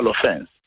offense